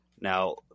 Now